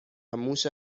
موش